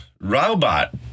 robot